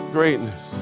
Greatness